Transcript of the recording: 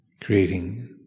Creating